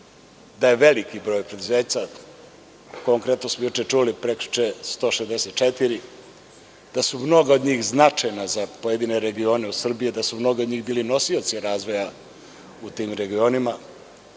da je veliki broj preduzeća, juče smo čuli 164, da su mnoga od njih značajna za pojedine regione u Srbiji, da su mnoga od njih bila nosioci razvoja u tim regionima,